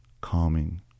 calming